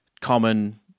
common